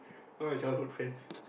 all my childhood friend